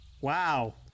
Wow